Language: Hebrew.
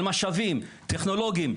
על משאבים טכנולוגיים.